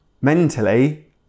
mentally